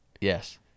Yes